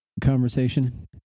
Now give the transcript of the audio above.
conversation